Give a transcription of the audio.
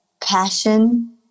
passion